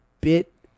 bit